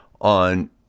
on